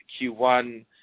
Q1